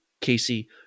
Casey